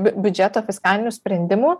biu biudžeto fiskalinių sprendimų